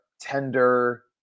tender